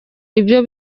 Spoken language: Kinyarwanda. ibyo